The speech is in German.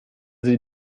sie